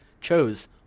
chose